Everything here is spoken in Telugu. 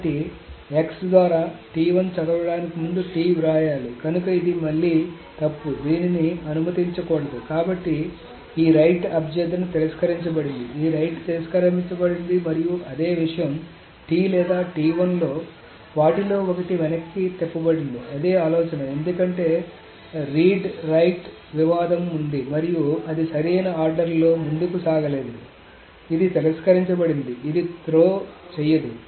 కాబట్టి x ద్వారా చదవడానికి ముందు T వ్రాయాలి కనుక ఇది మళ్లీ తప్పు దీనిని అనుమతించకూడదు కాబట్టి ఈ రైట్ అభ్యర్థన తిరస్కరించబడింది ఈ రైట్ తిరస్కరించబడింది మరియు అదే విషయం T లేదా లో వాటిలో ఒకటి వెనక్కి తిప్పబడింది అదే ఆలోచన ఎందుకంటే రీడ్ రైట్ వివాదం ఉంది మరియు అది సరైన ఆర్డర్లలో ముందుకు సాగలేదు కాబట్టి ఇది తిరస్కరించబడింది కాబట్టి ఇది త్రో చేయదు